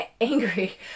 angry